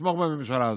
לתמוך בממשלה הזו?